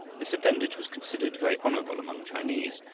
this appendage was considered very honorable among chinese,